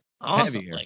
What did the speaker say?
awesome